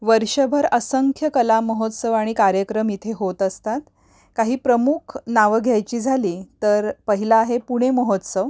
वर्षभर असंख्य कलामहोत्सव आणि कार्यक्रम इथे होत असतात काही प्रमुख नावं घ्यायची झाली तर पहिला आहे पुणे महोत्सव